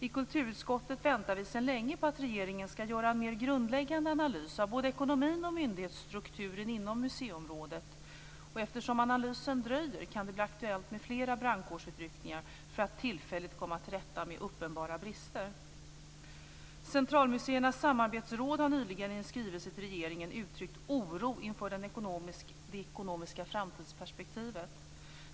I kulturutskottet väntar vi sedan länge på att regeringen ska göra en mer grundläggande analys av både ekonomin och myndighetsstrukturen inom museiområdet. Eftersom analysen dröjer kan det bli aktuellt med flera brandkårsutryckningar för att tillfälligt komma till rätta med uppenbara brister. Centralmuseernas samarbetsråd har nyligen i en skrivelse till regeringen uttryckt oro inför det ekonomiska framtidsperspektivet.